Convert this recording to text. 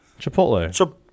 Chipotle